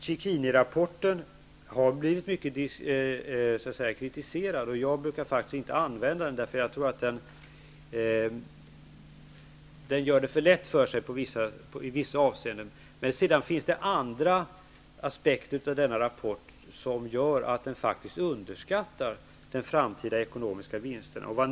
Cecchinirapporten har blivit mycket kritiserad. Jag brukar faktiskt inte använda den, för jag tror att man gör det för lätt för sig i vissa avseenden. Dessutom finns det andra aspekter av denna rapport som visar att den faktiskt underskattar de framtida ekonomiska vinsterna.